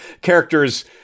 characters